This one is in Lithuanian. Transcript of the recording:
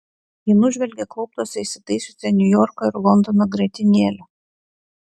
ji nužvelgė klauptuose įsitaisiusią niujorko ir londono grietinėlę